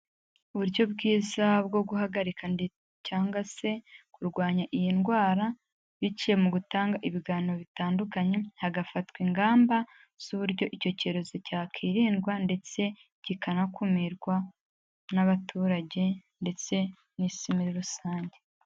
Uburyo bwiza bwo guhagarika cyangwa se kurwanya iyi ndwara biciye mu gutanga ibiganiro bitandukanye hagafatwa ingamba z'uburyo icyo cyorezo cyakwirindwa ndetse kikanakumirwa n'abaturage ndetse n'isi muri rusange.